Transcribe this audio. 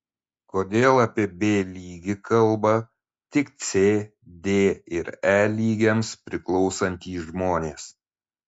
kodėl apie b lygį kalba tik c d ir e lygiams priklausantys žmonės